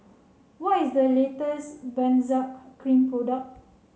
what is the latest Benzac cream product